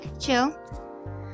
chill